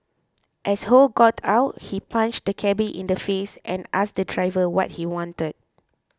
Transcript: as Ho got out he punched the cabby in the face and asked the driver what he wanted